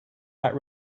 that